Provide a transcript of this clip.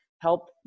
help